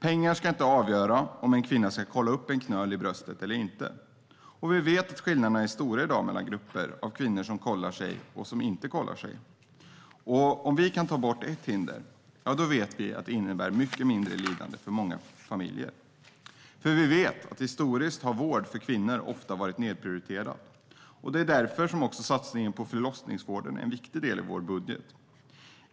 Pengar ska inte avgöra om en kvinna kan kolla upp en knöl i bröstet eller inte. Vi vet att skillnaderna är stora i dag mellan de grupper av kvinnor som kollar sig och som inte gör det. Kan vi ta bort ett hinder vet vi att det innebär mycket mindre lidande för många familjer. Vi vet också att historiskt sett har vård för kvinnor ofta varit nedprioriterad. Därför är också satsningen på förlossningsvården en viktig del i vår budget.